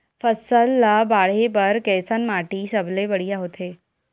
फसल ला बाढ़े बर कैसन माटी सबले बढ़िया होथे?